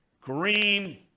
Green